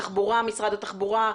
תחבורה משרד התחבורה,